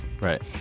Right